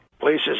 Places